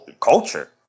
culture